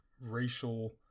racial